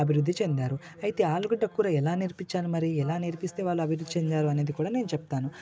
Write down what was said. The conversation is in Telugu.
అభివృద్ధి చెందారు అయితే ఆలుగడ్డ కూర ఎలా నేర్పించాను మరి ఎలా నేర్పిస్తే వాళ్ళు అభివృద్ధి చెందారు అనేది కూడా నేను చెప్తాను